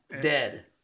Dead